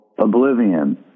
oblivion